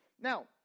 Now